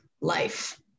life